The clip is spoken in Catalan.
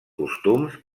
costums